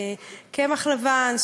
קמח לבן,